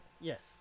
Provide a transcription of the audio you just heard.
Yes